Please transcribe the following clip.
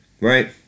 right